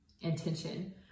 intention